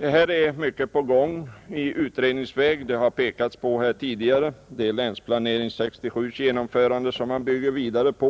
Här är mycket på gång i utredningsväg — det har redan pekats på — det är bl.a. genomförandet av Länsplanering 1967 som man bygger vidare på.